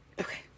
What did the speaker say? okay